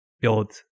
build